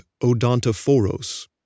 odontophoros